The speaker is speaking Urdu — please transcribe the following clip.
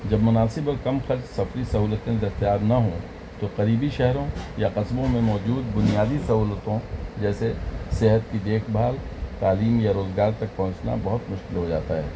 جب مناسب اور کم خرچ سفری سہولتیں دستیاب نہ ہوں تو قریبی شہروں یا قصبوں میں موجود بنیادی سہولتوں جیسے صحت کی دیکھ بھال تعلیم یا روزگار تک پہنچنا بہت مشکل ہو جاتا ہے